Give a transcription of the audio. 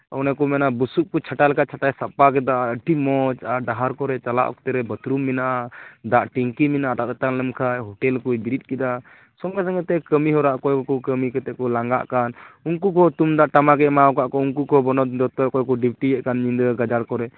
ᱚᱱᱟ ᱠᱚ ᱢᱮᱱᱟ ᱵᱩᱥᱩᱵ ᱠᱚ ᱪᱷᱟᱴᱟ ᱞᱮᱠᱟ ᱪᱷᱟᱴᱟᱭ ᱥᱟᱯᱷᱟ ᱠᱮᱫᱟ ᱟᱹᱰᱤ ᱢᱚᱡᱽ ᱟᱨ ᱰᱟᱦᱟᱨ ᱠᱚᱨᱮᱫ ᱪᱟᱞᱟᱣ ᱚᱠᱛᱮ ᱨᱮ ᱵᱟᱛᱷᱨᱩᱢ ᱢᱮᱱᱟᱜᱼᱟ ᱫᱟᱜ ᱴᱮᱝᱠᱤ ᱢᱮᱱᱟᱜᱼᱟ ᱫᱟᱜ ᱛᱮᱛᱟᱝ ᱞᱮᱢ ᱠᱷᱟᱡ ᱦᱚᱴᱮᱞ ᱠᱚᱭ ᱵᱮᱨᱮᱫ ᱠᱮᱫᱟ ᱥᱚᱸᱜᱮ ᱥᱚᱸᱜᱮᱛᱮ ᱠᱟᱹᱢᱤᱦᱚᱨᱟ ᱚᱠᱚᱭ ᱠᱚ ᱠᱟᱹᱢᱤ ᱠᱟᱛᱮᱫ ᱠᱚ ᱞᱟᱝᱜᱟᱜ ᱠᱟᱱ ᱩᱱᱠᱩ ᱠᱚ ᱛᱩᱢᱫᱟᱜ ᱴᱟᱢᱟᱠᱮ ᱮᱢᱟᱠᱟᱫ ᱠᱚ ᱩᱱᱠᱩ ᱠᱚ ᱵᱚᱱᱚ ᱫᱚᱯᱛᱚᱨ ᱚᱠᱚᱭ ᱠᱚ ᱰᱤᱭᱩᱴᱤᱭᱮᱫ ᱠᱟᱱ ᱧᱤᱫᱟᱹ ᱜᱟᱡᱟᱲ ᱠᱚᱨᱮᱫ